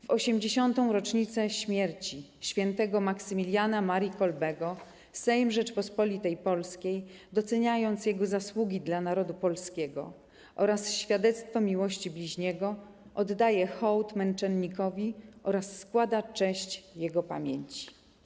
W 80. rocznicę śmierci świętego Maksymiliana Marii Kolbego Sejm Rzeczypospolitej Polskiej, doceniając jego zasługi dla narodu polskiego oraz świadectwo miłości bliźniego, oddaje hołd męczennikowi oraz składa cześć jego pamięci”